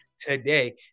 today